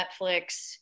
Netflix